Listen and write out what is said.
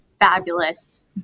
fabulous